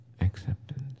acceptance